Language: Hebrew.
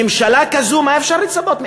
ממשלה כזאת, מה אפשר לצפות?